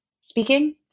speaking